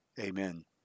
Amen